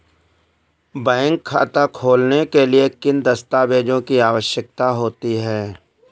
Bank खाता खोलने के लिए किन दस्तावेजों की आवश्यकता होती है?